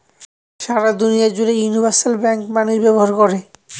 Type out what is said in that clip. সারা দুনিয়া জুড়ে universal bank মানুষ ব্যবহার করে